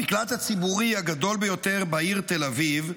המקלט הציבורי הגדול ביותר בעיר תל אביב,